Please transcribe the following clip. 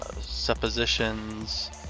suppositions